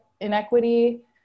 inequity